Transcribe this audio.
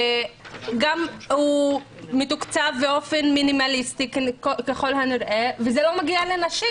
גם הוא מתוקצב באופן מינימליסטי והנושא לא מגיע לנשים.